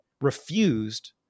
refused